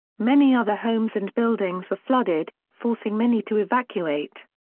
many other homes and buildings were flooded, forcing many to evacuate.